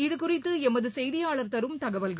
இதுகுறித்து எமது செய்தியாளர் தரும் தகவல்கள்